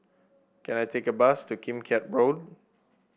can I take a bus to Kim Keat Road